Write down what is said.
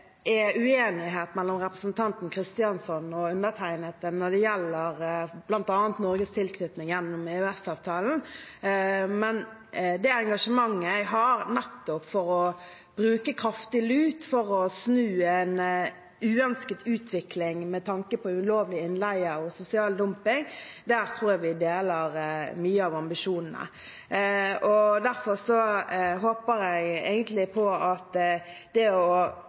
er uenighet mellom representanten Kristjánsson og undertegnede når det gjelder bl.a. Norges tilknytning gjennom EØS-avtalen. Men når det gjelder engasjementet jeg har for å bruke kraftig lut for å snu en uønsket utvikling med tanke på ulovlig innleie og sosial dumping, tror jeg vi deler mye av ambisjonene. Derfor håper jeg egentlig på å samarbeide sånn at